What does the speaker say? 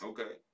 Okay